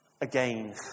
again